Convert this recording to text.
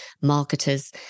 marketers